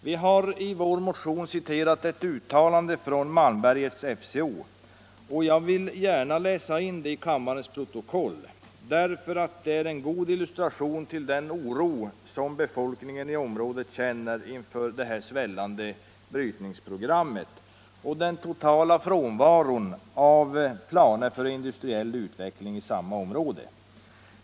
Vi har i vår motion citerat ett uttalande från Malmbergets FCO, och jag vill gärna läsa in det i kammarens protokoll därför att det är en god illustration till den oro som befolkningen i området känner inför det svällande brytningsprogrammet och den totala frånvaron av planer för industriell utveckling i samma område.